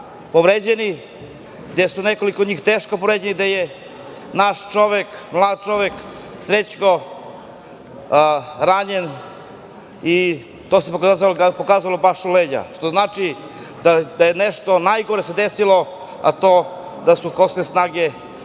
povređeno, gde su nekoliko njih teško povređeni, gde je naš čovek, mlad čovek Srećko ranjen i to se pokazalo baš u leđa, što znači da se nešto najgore desilo, a to je da su kosovske snage